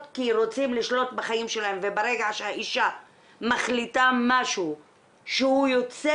כי רוצים לשלוט בחיים שלהן וברגע שהאישה מחליטה משהו שהוא יוצא